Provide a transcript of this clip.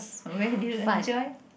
where do you enjoy